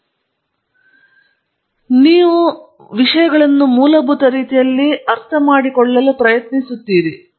ಒಂದು ಕಡೆ ಸಂಶೋಧನೆಯು ಯಾವ ಮೂಲಭೂತ ತಿಳುವಳಿಕೆಯಾಗಿದೆ ನೀವು ವಿಷಯಗಳನ್ನು ಮೂಲಭೂತ ರೀತಿಯಲ್ಲಿ ಅರ್ಥಮಾಡಿಕೊಳ್ಳಲು ಪ್ರಯತ್ನಿಸುತ್ತಿದ್ದೀರಿ